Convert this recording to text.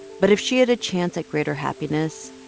but if she had a chance at greater happiness,